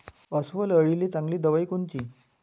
अस्वल अळीले चांगली दवाई कोनची?